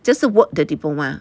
这是 work 的 diploma